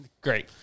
Great